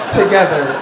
together